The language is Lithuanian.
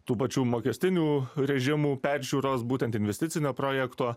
tų pačių mokestinių režimų peržiūros būtent investicinio projekto